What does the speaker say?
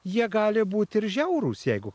jie gali būti ir žiaurūs jeigu